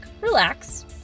relax